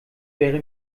wäre